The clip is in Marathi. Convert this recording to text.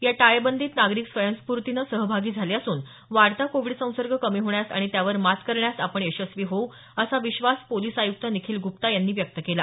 या टाळेबंदीत नागरिक स्वयंस्फूतीनं सहभागी झाले असून वाढता कोविड संसर्ग कमी होण्यास आणि त्यावर मात करण्यात आपण सशस्वी होवू असा विश्वास पोलीस आयुक्त निखील गुप्ता यांनी व्यक्त केला